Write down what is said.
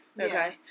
Okay